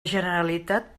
generalitat